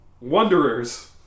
Wanderers